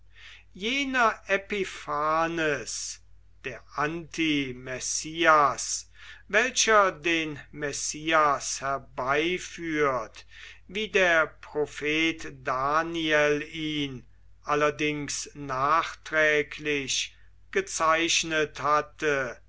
jener epiphanes der antimessias welcher den messias herbeiführt wie der prophet daniel ihn allerdings nachträglich gezeichnet hatte